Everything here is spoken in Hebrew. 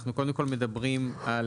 אנחנו קודם כל מדברים על